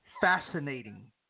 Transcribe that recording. fascinating